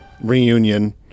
reunion